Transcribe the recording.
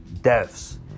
deaths